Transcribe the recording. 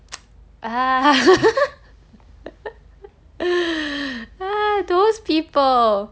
those people